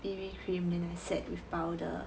B_B cream then I set with powder